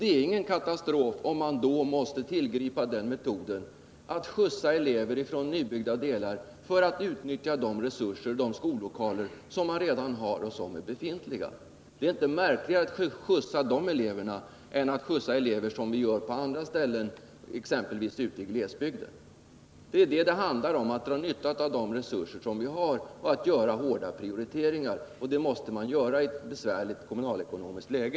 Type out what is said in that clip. Det är ingen katastrof om man då måste tillgripa metoden att skjutsa elever från nybyggda områden för att utnyttja de skollokaler som redan finns. Det är inte märkligare att skjutsa dessa elever än att skjutsa elever på andra håll, exempelvis i glesbygden. Det är det det handlar om — att dra nytta av de resurser vi har och att göra hårda prioriteringar. Det måste man göra i ett besvärligt kommunalekonomiskt läge.